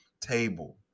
table